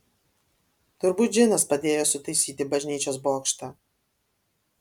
turbūt džinas padėjo sutaisyti bažnyčios bokštą